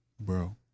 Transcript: Bro